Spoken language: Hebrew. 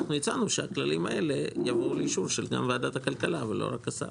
אנחנו הצענו שהכללים האלה יבואו לאישור של גם ועדת הכלכלה ולא רק השר.